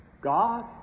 God